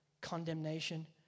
condemnation